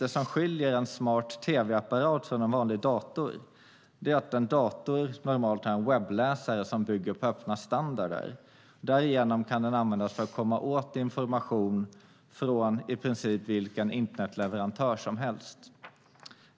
Det som skiljer en smart tv-apparat från en vanlig dator är att en dator normalt har en webbläsare som bygger på öppna standarder. Därigenom kan den användas för att komma åt information från i princip vilken internetleverantör som helst.